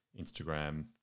Instagram